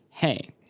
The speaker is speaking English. Hey